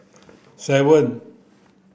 seven